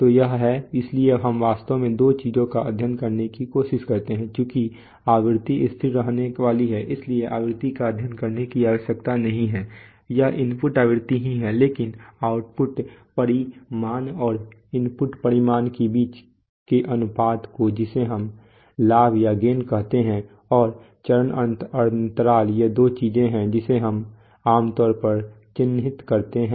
तो यह है इसलिए हम वास्तव में दो चीजों का अध्ययन करने की कोशिश करते हैं चूंकि आवृत्ति स्थिर रहने वाली है इसलिए आवृत्ति का अध्ययन करने की आवश्यकता नहीं है यह इनपुट आवृत्ति ही है लेकिन आउटपुट परिमाण और इनपुट परिमाण के बीच के अनुपात को जिसे हम लाभ कहते हैं और चरण अंतराल ये दो चीजें हैं जिन्हें हम आम तौर पर चिह्नित करते हैं